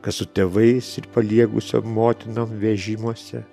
kas su tėvais ir paliegusiom motinom vežimuose